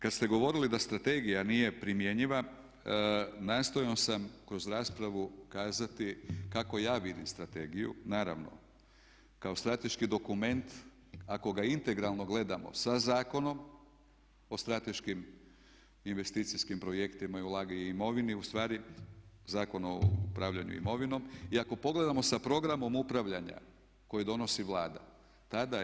Kada ste govorili da strategija nije primjenjiva nastojao sam kroz raspravu kazati kako ja vidim strategiju, naravno kao strateški dokument ako ga integralno gledamo sa Zakonom o strateškim investicijskim projektima i ulaganjima u imovinu, ustavi Zakon o upravljanju imovinom i ako pogledamo sa programom upravljanja koji donosi Vlada tada je